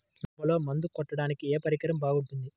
మిరపలో మందు కొట్టాడానికి ఏ పరికరం బాగుంటుంది?